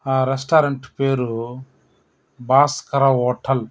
ఆ రెస్టారెంట్ పేరు భాస్కర హోటల్